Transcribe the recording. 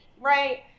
right